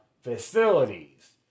facilities